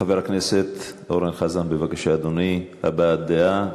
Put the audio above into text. חבר הכנסת אורן חזן, בבקשה, אדוני, הבעת דעה.